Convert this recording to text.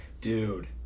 dude